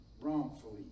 wrongfully